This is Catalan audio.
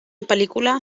pel·lícula